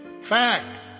fact